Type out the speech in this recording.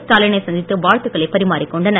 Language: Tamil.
ஸ்டாலினை சந்தித்து வாழ்த்துக்களை பறிமாறிக் கொண்டனர்